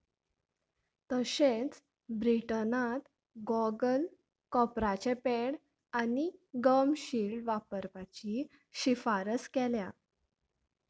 तशेंच ब्रिटनान गॉगल कॉपराचें पॅड आनी गम शिल्ड वापरपाची शिफारस केल्या